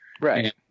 Right